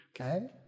Okay